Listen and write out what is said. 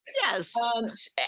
Yes